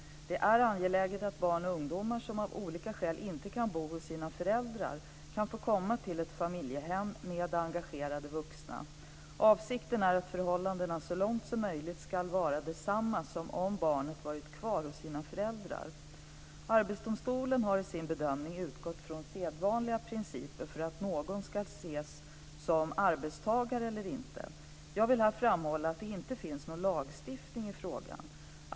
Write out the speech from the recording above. Det är angeläget att barn och ungdomar som av olika skäl inte kan bo hos sina föräldrar kan få komma till ett familjehem med engagerade vuxna. Avsikten är att förhållandena så långt möjligt ska vara desamma som om barnet varit kvar hos sina föräldrar. Arbetsdomstolen har i sin bedömning utgått från sedvanliga principer för om någon ska ses som arbetstagare eller inte. Jag vill här framhålla att det inte finns någon lagstiftning i frågan.